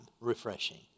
refreshing